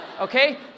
Okay